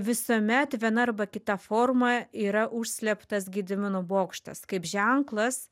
visuomet viena arba kita forma yra užslėptas gedimino bokštas kaip ženklas